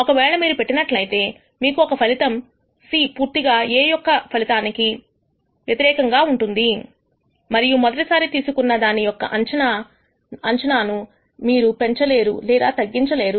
ఒకవేళ మీరు పెట్టినట్లయితే మీకు ఒక ఫలితం C పూర్తిగా A యొక్క ఫలితానికి అనుగుణంగా వస్తుంది మరియు మొదటిసారి తీసుకున్న దాని యొక్క అంచనా ను మీరు పెంచలేరు లేదా తగ్గించలేరు